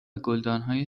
گلدانهای